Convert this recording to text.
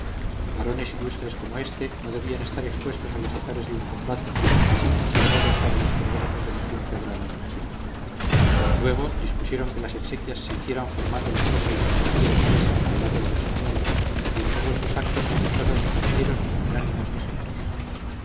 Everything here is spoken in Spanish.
varones ilustres como éste no debían estar expuestos a los azares de un combate y sí conservados para los progresos de la ciencia de la navegación luego dispusieron que las exequias se hicieran formando la tropa y marinería inglesa al lado de la española y en todos sus actos se mostraron caballeros magnánimos y generosos